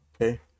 Okay